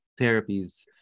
therapies